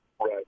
Right